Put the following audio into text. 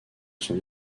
son